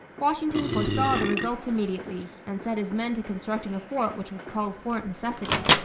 washington foresaw the results immediately, and set his men to constructing a fort which was called fort necessity.